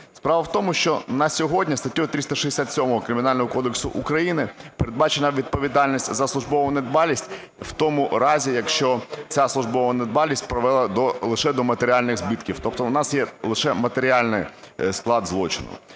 Справа в тому, що на сьогодні статтею 367 Кримінального кодексу України передбачена відповідальність за службову недбалість в тому разі, якщо ця службова недбалість привела лише до матеріальних збитків, тобто у нас є лише матеріальний склад злочину.